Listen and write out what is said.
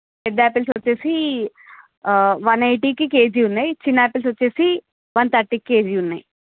పెద్ద ఆపిల్స్ వచ్చేసి one eighty కి కేజీ ఉన్నాయి చిన్న ఆపిల్స్ వచ్చేసి వన్ థర్టీ కేజీ ఉన్నాయి